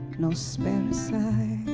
nor spare a sigh